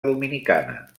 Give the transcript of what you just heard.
dominicana